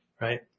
right